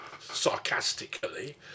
sarcastically